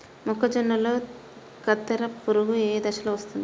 మొక్కజొన్నలో కత్తెర పురుగు ఏ దశలో వస్తుంది?